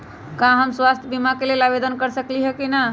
का हम स्वास्थ्य बीमा के लेल आवेदन कर सकली ह की न?